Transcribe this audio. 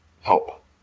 help